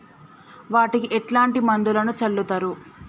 వాటికి ఎట్లాంటి మందులను చల్లుతరు?